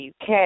UK